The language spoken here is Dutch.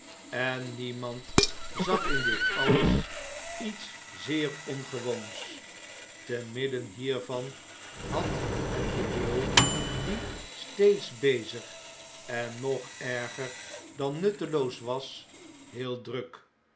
en niemand zag in dit alles iets zeer ongewoons te midden hiervan had het de beul die steeds bezig en nog erger dan nuttelpos was heel druk